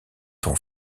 ton